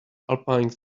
alpine